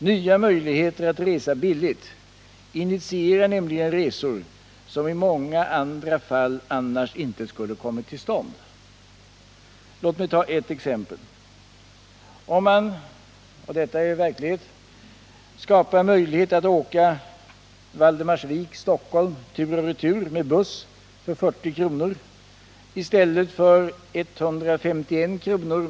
Nya möjligheter att resa billigt initierar nämligen resor som i många fall annars inte skulle kommit till stånd. Låt mig ta ett exempel ur verkligheten. Om man skapar möjlighet att åka Valdemarsvik-Stockholm tur och retur med buss för 40 kr. i stället för 151 kr.